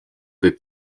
võib